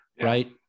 right